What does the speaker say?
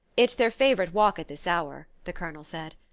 it's their favourite walk at this hour, the colonel said.